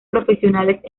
profesionales